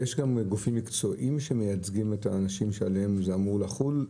יש גם גופים מקצועיים שמייצגים את האנשים שעליהם זה אמור לחול?